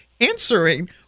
answering